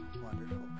wonderful